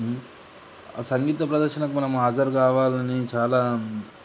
ఆ సంగీత ప్రదర్శనకు మనం హాజరు కావాలని చాలా